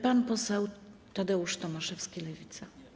Pan poseł Tadeusz Tomaszewski, Lewica.